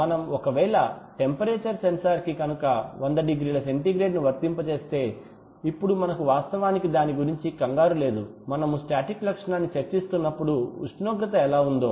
మనం ఒకవేళ temperature sensor కి కనుక 100 డిగ్రీల సెంటీగ్రేడ్ను వర్తింపజేస్తే ఇప్పుడు మనకు వాస్తవానికి దాని గురించి కంగారు లేదు మనము స్టాటిక్ లక్షణాన్ని చర్చిస్తున్నప్పుడు ఉష్ణోగ్రత ఎలా ఉందో